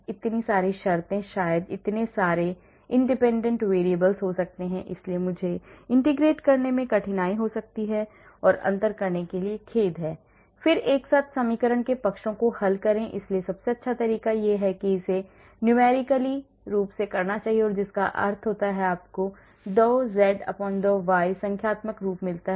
इतनी सारी शर्तें शायद इतने सारे independent variables हो सकते हैं शायद इसलिए मुझे integrate करने में कठिनाई हो सकती है मुझे अंतर करने के लिए खेद है और फिर एक साथ समीकरण के पक्षों को हल करें इसलिए सबसे अच्छा तरीका यह है कि इसे numerically रूप से करना है जिसका अर्थ है कि आपको dou z dou y संख्यात्मक रूप मिलता है